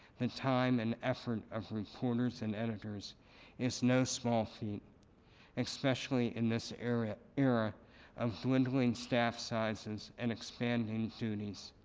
and time and effort of reporters and editors is no small feat especially in this era era of dwindling staff sizes and expanding duties.